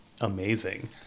amazing